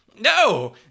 No